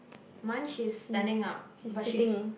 mine she's standing up but she's